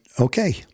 okay